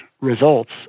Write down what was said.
results